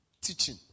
teaching